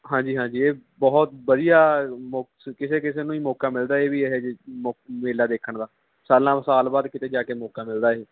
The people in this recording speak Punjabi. ਹਾਂਜੀ ਹਾਂਜੀ ਇਹ ਬਹੁਤ ਵਧੀਆ ਮੌਕਾ ਕਿਸੇ ਕਿਸੇ ਨੂੰ ਹੀ ਮੌਕਾ ਮਿਲਦਾ ਇਹ ਵੀ ਇਹੋ ਜਿਹਾ ਮੌਕਾ ਮੇਲਾ ਦੇਖਣ ਦਾ ਸਾਲਾਂ ਸਾਲ ਬਾਅਦ ਕਿਤੇ ਜਾ ਕੇ ਮੌਕਾ ਮਿਲਦਾ ਇਹ